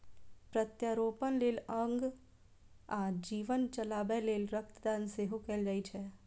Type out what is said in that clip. प्रत्यारोपण लेल अंग आ जीवन बचाबै लेल रक्त दान सेहो कैल जाइ छै